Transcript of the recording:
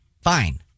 Fine